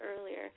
earlier